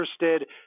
interested